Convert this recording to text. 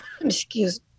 excuse